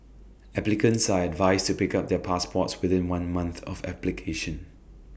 applicants are advised to pick up their passports within one month of application